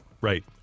Right